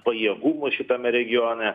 pajėgumus šitame regione